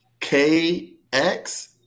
KX